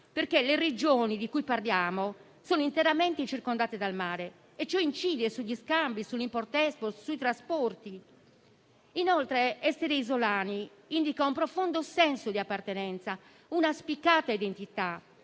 perché le Regioni di cui parliamo sono interamente circondate dal mare e ciò incide sugli scambi, sull'*import-export* e sui trasporti. Inoltre, essere isolani indica un profondo senso di appartenenza, una spiccata identità